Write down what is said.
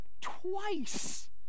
twice